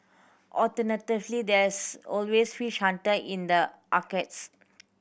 alternatively there's always Fish Hunter in the arcades